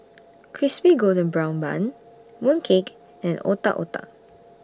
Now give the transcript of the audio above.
Crispy Golden Brown Bun Mooncake and Otak Otak